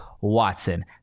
Watson